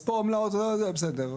אז פה עמלה, זה, בסדר.